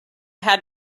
had